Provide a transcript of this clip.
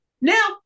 now